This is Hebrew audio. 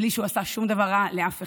בלי שהוא עשה שום דבר רע לאף אחד.